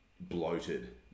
bloated